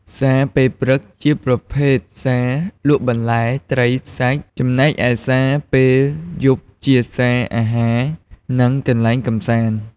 ផ្សារពេលព្រឹកជាប្រភេទផ្សារលក់បន្លែ ត្រី សាច់ ចំណែកឯផ្សារពេលយប់ជាផ្សារអាហារ និងកន្លែងកម្សាន្ត។